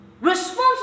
Responsible